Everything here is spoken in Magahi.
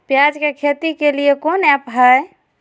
प्याज के खेती के लिए कौन ऐप हाय?